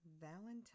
valentine